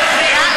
מגפני?